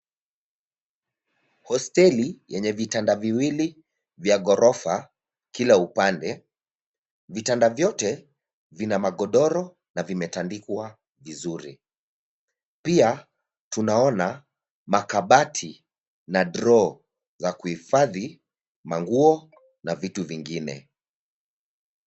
Hosteli yenye vitanda viwili vya ghorofa kila upande. Vitanda vyote vina magodoro na vimetandikwa vizuri. Pia tunaona makabati na draw za kuhifadhi manguo na vitu vingine.